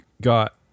got